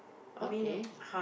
okay